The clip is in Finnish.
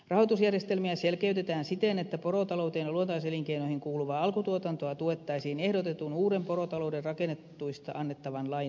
rahoitusjärjestelmiä selkeytetään siten että porotalouteen ja luontaiselinkeinoihin kuuluvaa alkutuotantoa tuettaisiin ehdotetun uuden porotalouden rakennetuista annettavan lain nojalla